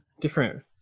different